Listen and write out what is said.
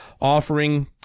offering